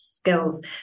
skills